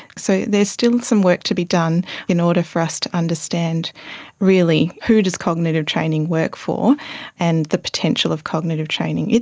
so there's still some work to be done in order for us to understand really who does cognitive training work for and the potential of cognitive training.